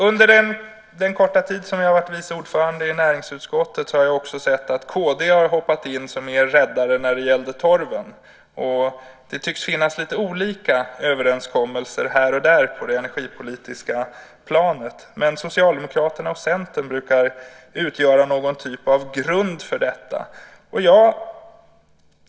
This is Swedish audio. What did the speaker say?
Under den korta tid som jag har varit vice ordförande i näringsutskottet har jag också sett att kd har hoppat in som er räddare när det gällde torven, och det tycks finnas lite olika överenskommelser här och där på det energipolitiska planet, men Socialdemokraterna och Centern brukar utgöra någon typ av grund för detta.